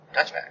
touchback